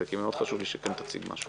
כדי שהם יוכלו ללכת לבנקים לבקש כסף